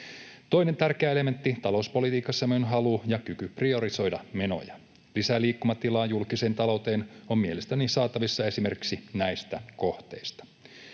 Toinen tärkeä elementti talouspolitiikassamme on halu ja kyky priorisoida menoja. Lisää liikkumatilaa julkiseen talouteen on mielestäni saatavissa esimerkiksi näistä kohteista: